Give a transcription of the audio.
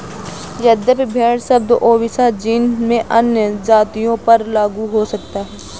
यद्यपि भेड़ शब्द ओविसा जीन में अन्य प्रजातियों पर लागू हो सकता है